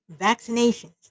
vaccinations